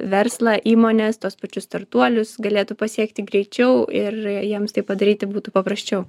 verslą įmones tuos pačius startuolius galėtų pasiekti greičiau ir jiems tai padaryti būtų paprasčiau